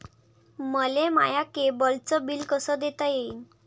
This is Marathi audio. मले माया केबलचं बिल कस देता येईन?